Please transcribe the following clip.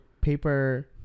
paper